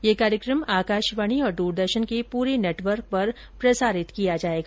ये कार्यक्रम आकाशवाणी और द्रदर्शन के पूरे नेटवर्क पर प्रसारित किया जायेगा